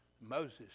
Moses